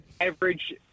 Average